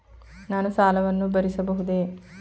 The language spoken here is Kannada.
ನಾನು ಸಾಲವನ್ನು ಭರಿಸಬಹುದೇ?